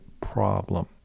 problem